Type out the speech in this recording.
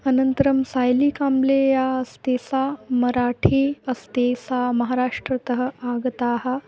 अनन्तरं सैलि काम्ब्ले या आस्ति सा मराठी अस्ति सा महाराष्ट्रतः आगताःॊ